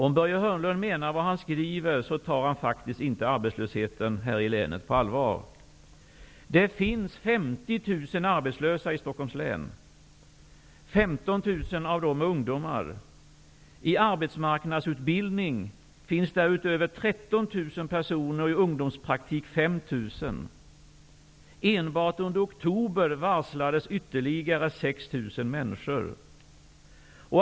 Om Börje Hörnlund menar vad han skriver, tar han inte arbetslösheten här i länet på allvar. Det finns 50 000 arbetslösa i Stockholms län. 15 000 av dem är ungdomar. I arbetsmarknadsutbildning finns därutöver 13 000 personer och i ungdomspraktik 5 000. Enbart under oktober varslades ytterligare 6 000 människor.